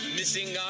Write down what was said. missing